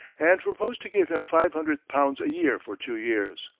and proposed to give him five hundred pounds a year for two years.